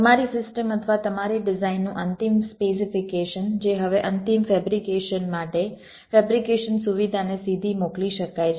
તમારી સિસ્ટમ અથવા તમારી ડિઝાઇનનું અંતિમ સ્પેસિફીકેશન જે હવે અંતિમ ફેબ્રિકેશન માટે ફેબ્રિકેશન સુવિધાને સીધી મોકલી શકાય છે